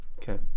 Okay